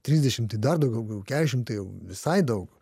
trisdešimt tai dar daugiau jau keturiasdešim tai jau visai daug